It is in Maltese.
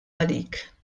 għalik